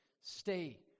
Stay